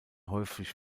häufig